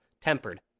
Tempered